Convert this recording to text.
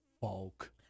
folk